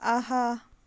اَہا